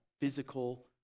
physical